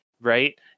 right